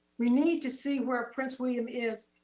we need to see where prince william is.